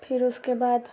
फिर उसके बाद